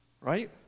right